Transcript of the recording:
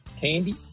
Candy